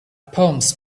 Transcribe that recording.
palms